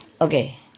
okay